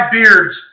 beards